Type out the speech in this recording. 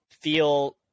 feel